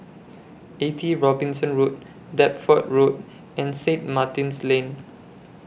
eighty Robinson Road Deptford Road and Saint Martin's Lane